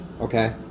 Okay